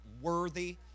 worthy